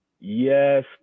Yes